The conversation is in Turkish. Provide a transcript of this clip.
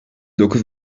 dokuz